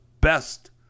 best